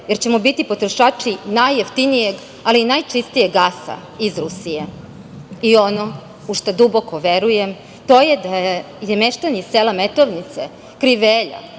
jer ćemo biti potrošači najjeftinijeg, ali i najčistijeg gasa iz Rusije. Ono u šta duboko verujem, to je da meštani sela Metovnice, Krivelja,